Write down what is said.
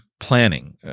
planning